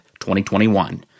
2021